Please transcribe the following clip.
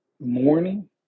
morning